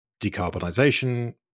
decarbonisation